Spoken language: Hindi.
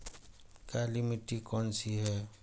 काली मिट्टी कौन सी है?